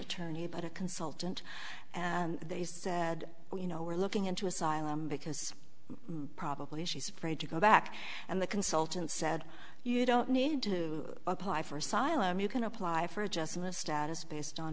attorney but a consultant and they said you know we're looking into asylum because probably she's afraid to go back and the consultant said you don't need to apply for asylum you can apply for just a list that is based on